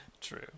True